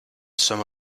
some